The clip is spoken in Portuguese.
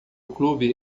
clube